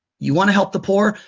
you want to help the poor?